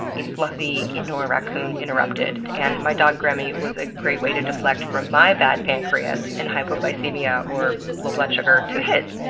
a fluffy indoor racoon interrupted. and my dog gremmie was a great way to deflect from my bad pancreas and hypoglycemia, or low blood sugar, to his.